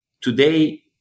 today